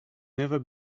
never